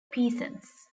peasants